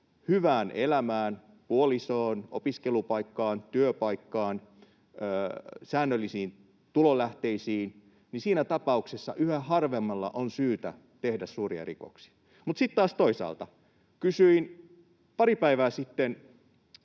hyvään elämään — puolisoon, opiskelupaikkaan, työpaikkaan, säännöllisiin tulonlähteisiin — niin siinä tapauksessa yhä harvemmalla on syytä tehdä suuria rikoksia. Mutta sitten taas toisaalta: Kysyin pari päivää sitten